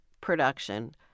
production